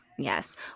Yes